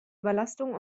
überlastung